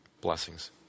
Blessings